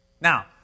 Now